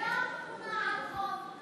תיסעי לחוף עזה.